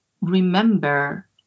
remember